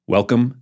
Welcome